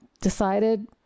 decided